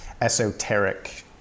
esoteric